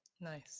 nice